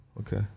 Okay